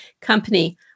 company